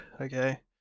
okay